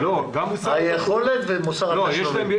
היכולת ומוסר התשלומים.